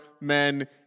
men